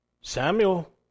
Samuel